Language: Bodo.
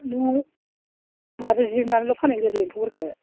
न'आव माजों जिरनानैल' फाननाय जायोदि एम्फौफोरखौ